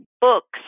books